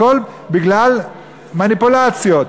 הכול בגלל מניפולציות.